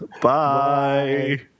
Bye